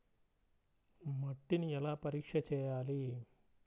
మట్టిని ఎలా పరీక్ష చేయాలి?